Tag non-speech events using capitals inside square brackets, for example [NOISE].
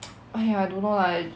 [NOISE] !aiya! I don't know lah I